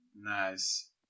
Nice